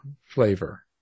flavor